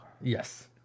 Yes